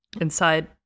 Inside